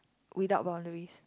without boundaries